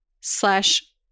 slash